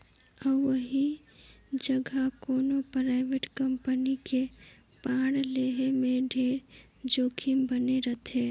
अउ ओही जघा कोनो परइवेट कंपनी के बांड लेहे में ढेरे जोखिम बने रथे